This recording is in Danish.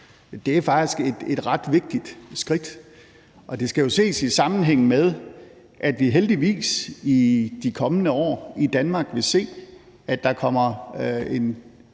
Det er faktisk et ret vigtigt skridt, og det skal jo ses i sammenhæng med, at vi heldigvis i de kommende år i Danmark vil se, at der kommer en